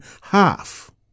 half